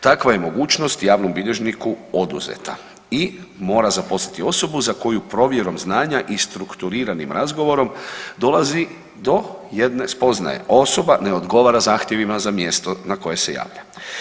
Takva je mogućnost javnom bilježniku oduzeta i mora zaposliti osobu za koju provjerom znanja i strukturiranim razgovorom dolazi do jedne spoznaje, osoba ne odgovara zahtjevima za mjesto na koje se javlja.